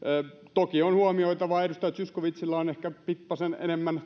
toki on huomioitavaa edustaja zyskowiczilla on takanaan uraa täällä ehkä pikkasen enemmän